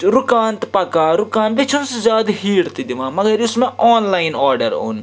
رُکان تہٕ پَکان رُکان بیٚیہِ چھُنہٕ سُہ زیادٕ ہیٖٹ تہِ دِوان مگر یُس مےٚ آنلاین آرڈَر اوٚن